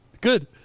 Good